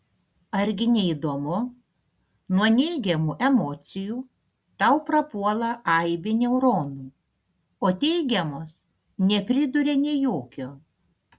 argi ne įdomu nuo neigiamų emocijų tau prapuola aibė neuronų o teigiamos nepriduria nė jokio